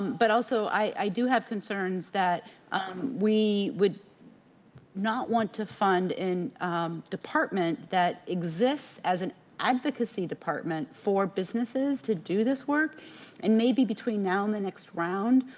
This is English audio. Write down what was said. but, also, i do have concerns, that we would not want to fund a department that exists, as an advocacy department, for businesses to do this work and maybe between now and the next round,